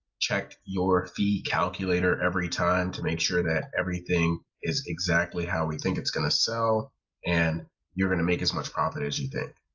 checked your fee calculator every time to make sure that everything is exactly how we think it's going to sell and you're going to make as much profit as you think.